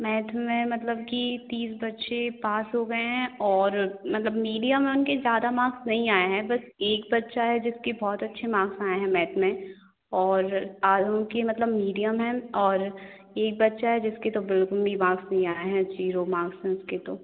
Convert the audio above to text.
math में मतलब कि तीस बच्चे पास हो गए हैं और मतलब मीडियम हैं उनके ज़्यादा माक्स नहीं आए हैं बस एक बच्चा है जिसके बहुत अच्छे माक्स आए हैं मैथ में और औरों के मतलब मीडियम हैं और एक बच्चा है जिसके तो बिल्कुल भी माक्स नहीं आए हैं ज़ीरो माक्स हैं उसके तो